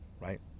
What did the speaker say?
right